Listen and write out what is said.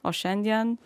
o šiandien